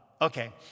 Okay